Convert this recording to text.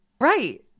Right